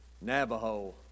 Navajo